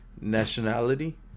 Nationality